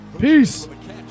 Peace